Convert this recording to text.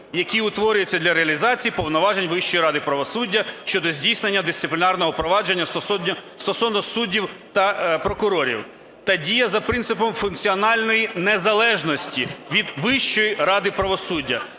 який утворюється для реалізації повноважень Вищої ради правосуддя щодо здійснення дисциплінарного провадження стосовно суддів та прокурорів та діє за принципом функціональної незалежності від Вищої ради правосуддя.